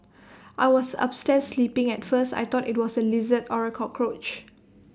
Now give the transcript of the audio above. I was upstairs sleeping at first I thought IT was A lizard or A cockroach